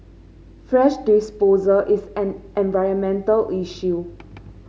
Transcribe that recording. fresh disposal is an environmental issue